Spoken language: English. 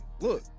look